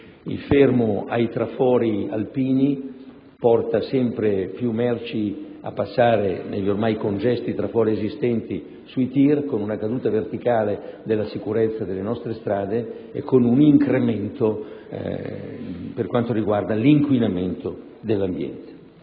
il fermo ai trafori alpini porta sempre più merci a passare sui TIR negli ormai congesti trafori esistenti, con una caduta verticale della sicurezza delle nostre strade e con un incremento dell'inquinamento dell'ambiente.